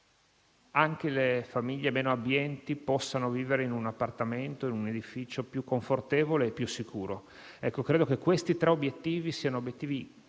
anche le famiglie meno abbienti possano vivere in un appartamento e in un edificio più confortevole e più sicuri. Credo che questi siano obiettivi